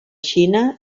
xina